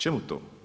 Čemu to?